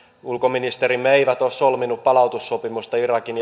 ulkoministerimme eivät ole solmineet palautussopimusta irakin